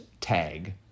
tag